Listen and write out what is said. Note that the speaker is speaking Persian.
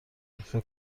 فکر